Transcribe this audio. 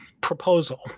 proposal